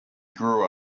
grew